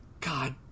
God